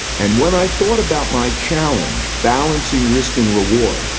and when i thought about my challenge, balancing risk and reward,